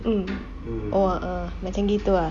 mm !wah! err macam gitu ah